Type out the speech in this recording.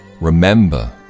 remember